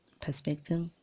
perspective